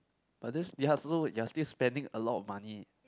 but thats ya also you are still spending a lot of money